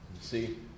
See